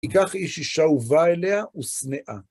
ייקח איש אישה ובא אליה ושנאה.